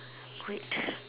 wait